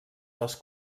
les